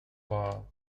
bar